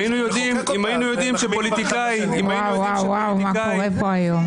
אם כל השופטים היו כמוך,